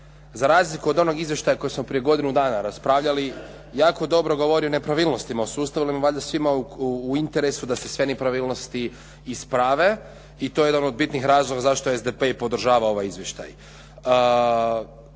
Za razliku od onog izvještaja koji smo prije godinu dana raspravljali, jako dobro govori o nepravilnostima u sustavu. Valjda je svima u interesu da se sve nepravilnosti isprave i to je jedan od bitnih razloga zašto i SDP i podržava ovaj izvještaj.